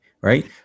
right